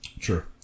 Sure